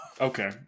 Okay